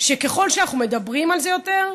ככל שאנחנו מדברים על זה יותר,